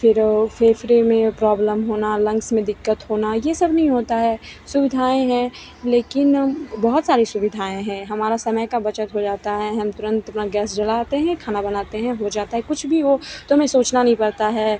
फ़िर फेफड़े में प्रॉब्लम होना लंग्स में दिक्कत होना यह सब नहीं होता है सुविधाएँ हैं लेकिन बहुत सारी सुविधाएँ हैं हमारा समय का बचत हो जाता है हम तुरंत अपना गैस जलाते हैं खाना बनाते हैं हो जाता है कुछ भी हो तो हमें सोचना नहीं पड़ता है